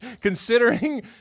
Considering